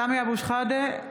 (קוראת בשמות חברי הכנסת) סמי אבו שחאדה,